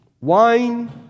Wine